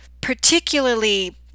particularly